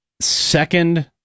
second